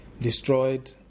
destroyed